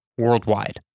Worldwide